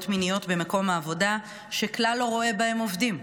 מיניות במקום העבודה שכלל לא רואה בהם עובדים.